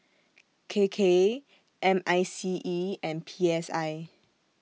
K K M I C E and P S I